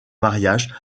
mariage